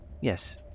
Yes